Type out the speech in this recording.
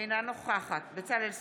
אינה נוכחת בצלאל סמוטריץ'